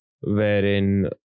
wherein